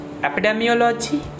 epidemiology